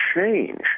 change